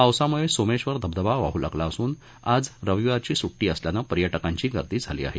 पावसामुळे सोमेश्वर धबधबा वाहू लागला असून आज रविवारची सुट्टी असल्याने पर्यटकांची गर्दी झाली आहे